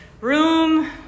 room